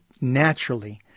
naturally